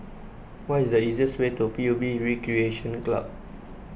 what is the easiest way to P U B Recreation Club